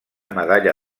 medalla